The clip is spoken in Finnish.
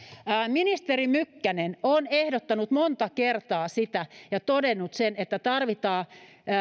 ministeri mykkänen on ehdottanut monta kertaa sitä ja todennut sen että tarvitaan